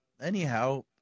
anyhow